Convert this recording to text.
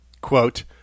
quote